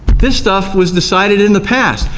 this stuff was decided in the past,